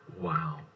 Wow